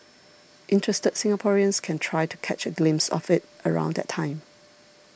interested Singaporeans can try to catch a glimpse of it around that time